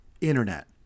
internet